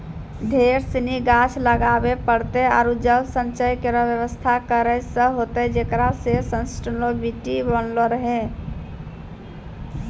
ढेर सिनी गाछ लगाबे पड़तै आरु जल संचय केरो व्यवस्था करै ल होतै जेकरा सें सस्टेनेबिलिटी बनलो रहे